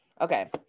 Okay